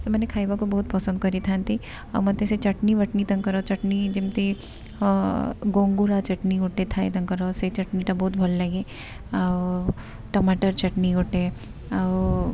ସେମାନେ ଖାଇବାକୁ ବହୁତ ପସନ୍ଦ କରିଥାନ୍ତି ଆଉ ମୋତେ ସେ ଚଟନୀ ବଟନୀ ତାଙ୍କର ଯେମିତି ଗଙ୍ଗୁରା ଚଟନୀ ଗୋଟେ ଥାଏ ତାଙ୍କର ସେଇ ଚଟନୀଟା ବହୁତ ଭଲ ଲାଗେ ଆଉ ଟମାଟର୍ ଚଟନୀ ଗୋଟେ ଆଉ